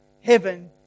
heaven